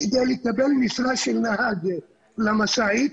כדי לקבל משרה לנהג משאית